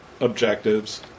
objectives